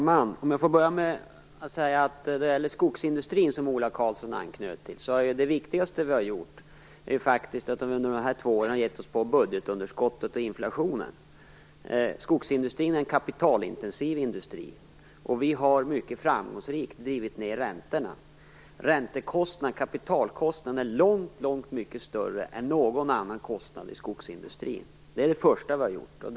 Fru talman! När det gäller skogsindustrin, som Ola Karlsson anknöt till, är det viktigaste vi gjort att vi under de här två åren har gett oss på budgetunderskottet och inflationen. Skogsindustrin är en kapitalintensiv industri. Vi har mycket framgångsrikt drivit ned räntorna. Räntekostnaden, kapitalkostnaden, är mycket större än någon annan kostnad i skogsindustrin. Det är det första vi har gjort något åt.